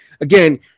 again